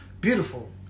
beautiful